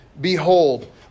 Behold